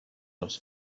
els